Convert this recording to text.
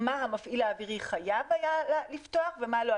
מה המפעיל האווירי היה חייב לפתוח ומה לא.